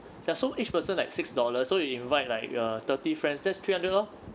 ya so each person like six dollars so you invite like uh thirty friends that's three hundred lor